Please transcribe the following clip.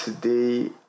today